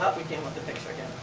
we can't load the picture again.